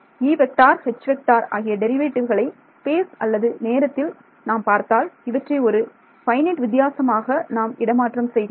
E H ஆகிய டெரிவேட்டிவ்களை space அல்லது நேரத்தில் நாம் பார்த்தால் இவற்றை ஒரு ஃபைனைட் வித்தியாசமாக நாம் இடமாற்றம் செய்கிறோம்